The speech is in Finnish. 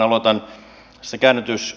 aloitan käännytyksistä